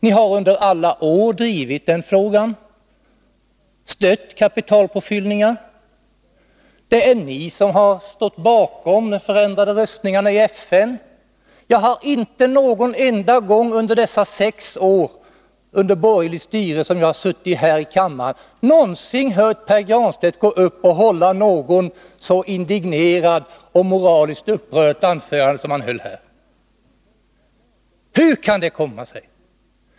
Ni har under alla år drivit den frågan, stött kapitalpåfyllningar. Det är ni som har stått bakom de förändrade röstningarna i FN. Under de sex åren av borgerligt styre har jag inte någon gång här i kammaren hört Pär Granstedt gå upp och hålla ett så indignerat och moraliskt upprört anförande som det han höll nu. Hur kan det komma sig?